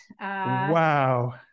Wow